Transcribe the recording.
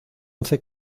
once